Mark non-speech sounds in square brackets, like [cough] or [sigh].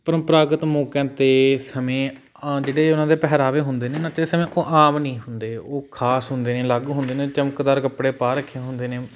ਪਰੰਪਰਾਗਤ ਮੌਕਿਆਂ 'ਤੇ ਸਮੇਂ ਜਿਹੜੇ ਉਹਨਾਂ ਦੇ ਪਹਿਰਾਵੇ ਹੁੰਦੇ ਨੇ [unintelligible] ਉਹ ਆਮ ਨਹੀਂ ਹੁੰਦੇ ਉਹ ਖਾਸ ਹੁੰਦੇ ਨੇ ਅਲੱਗ ਹੁੰਦੇ ਨੇ ਚਮਕਦਾਰ ਕੱਪੜੇ ਪਾ ਰੱਖੇ ਹੁੰਦੇ ਨੇ